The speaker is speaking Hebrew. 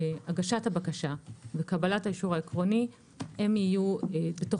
הגשת הבקשה וקבלת האישור העקרוני הם יהיו בתוך